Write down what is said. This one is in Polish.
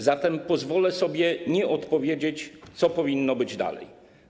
Zatem pozwolę sobie nie odpowiedzieć, co powinno być dalej.